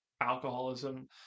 alcoholism